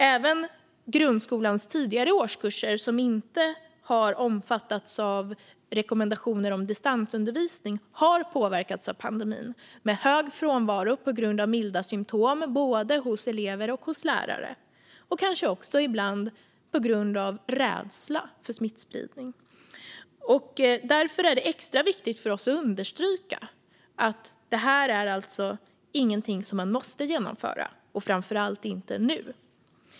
Även grundskolans tidigare årskurser, som inte har omfattats av rekommendationer om distansundervisning, har påverkats av pandemin med hög frånvaro på grund av milda symtom, både hos elever och hos lärare, och kanske också ibland på grund av rädsla för smittspridning. Därför är det extra viktigt för oss att understryka att detta alltså inte är någonting som man måste genomföra, framför allt inte nu.